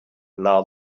now